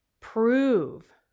prove